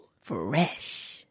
Fresh